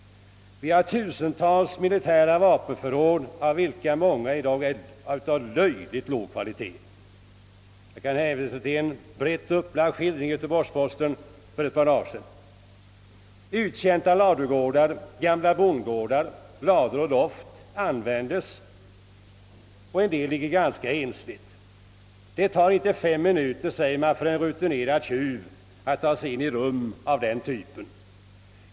Vi har tusentals militära vapenförråd, av vilka många i dag är av löjligt låg kvalitet. Jag kan hänvisa till en brett upplagd skildring i Göteborgs-Posten för ett par dagar sedan. Uttjänta ladugårdar, gamla bondgårdar, lador och loft användes, och en del av dem ligger rätt ensligt. Det tar inte fem minuter, säger man, för en rutinerad tjuv att ta sig in i rum av den typen.